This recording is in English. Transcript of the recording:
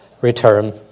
return